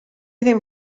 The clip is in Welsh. ddim